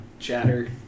chatter